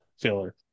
filler